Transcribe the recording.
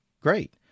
great